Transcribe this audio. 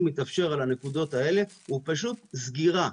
מתאפשר לנקודות האלה הוא פשוט סגירה,